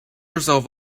herself